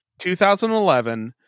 2011